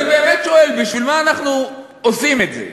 אני באמת שואל, בשביל מה אנחנו עושים את זה?